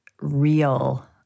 real